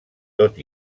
tot